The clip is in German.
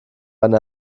eine